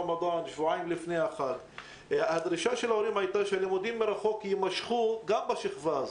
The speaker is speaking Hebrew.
סדר-היום: החזרה ללימודים בחינוך הערבי.